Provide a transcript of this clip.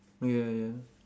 ya